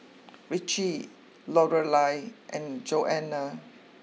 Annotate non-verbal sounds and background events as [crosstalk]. [noise] Ritchie Lorelei and Joana